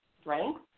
strength